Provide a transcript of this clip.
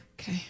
Okay